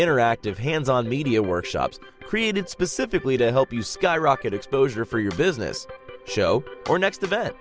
interactive hands on media workshops created specifically to help you skyrocket exposure for your business show or next